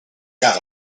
got